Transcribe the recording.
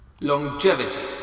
Longevity